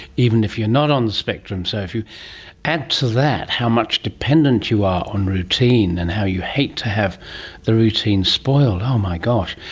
even if you're not on the spectrum. so if you add to that how much dependent you are on routine and how you hate to have the routine spoiled, oh my gosh.